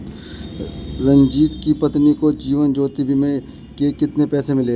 रंजित की पत्नी को जीवन ज्योति बीमा के कितने पैसे मिले?